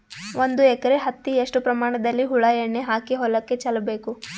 ಒಂದು ಎಕರೆ ಹತ್ತಿ ಎಷ್ಟು ಪ್ರಮಾಣದಲ್ಲಿ ಹುಳ ಎಣ್ಣೆ ಹಾಕಿ ಹೊಲಕ್ಕೆ ಚಲಬೇಕು?